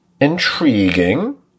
Intriguing